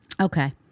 Okay